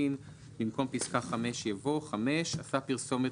במקום פסקה (5) יבוא: '(5) עשה פרסומת